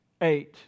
eight